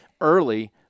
early